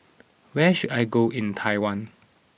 where should I go in Taiwan